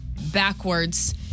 backwards